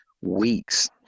weeks